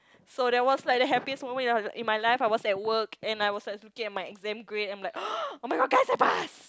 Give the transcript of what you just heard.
so that was like the happiest moment in my life I was in work and I was like looking at my exam grade and I'm like oh-my-god guys I passed